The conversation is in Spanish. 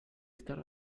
estar